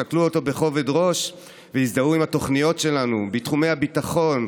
שקלו אותו בכובד ראש והזדהו עם התוכניות שלנו בתחומי הביטחון,